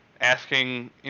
asking